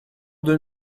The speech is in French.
deux